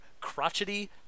crotchety